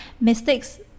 Mistakes